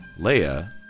Leia